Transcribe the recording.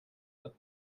let